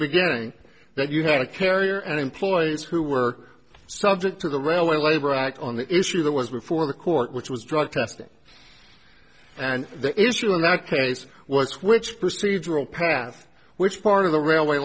beginning that you had a carrier and employees who were subject to the railway labor act on the issue that was before the court which was drug testing and the issue in that case was which procedural path which part of the railway